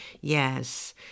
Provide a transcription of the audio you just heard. yes